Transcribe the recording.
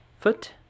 foot